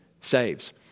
saves